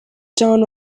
town